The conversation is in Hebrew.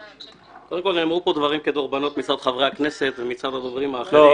קודם כול נאמרו פה דברים כדורבנות מצד חברי הכנסת ומצד הדוברים האחרים.